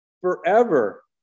Forever